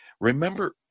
remember